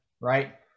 right